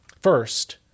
First